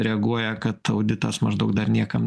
reaguoja kad auditas maždaug dar niekam